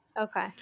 Okay